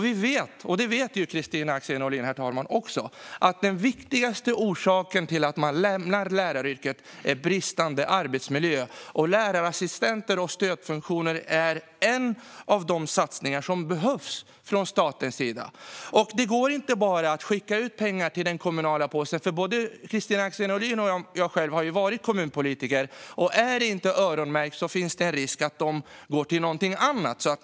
Vi vet, och Kristina Axén Olin vet det också, att den viktigaste orsaken till att lärare lämnar sitt yrke är bristande arbetsmiljö. Lärarassistenter och stödfunktioner är en av de satsningar som behövs från statens sida. Det går inte att bara skicka ut pengar till den kommunala påsen. Både Kristina Axén Olin och jag har varit kommunpolitiker och vet att om pengarna inte är öronmärkta finns det en risk att de går till något annat.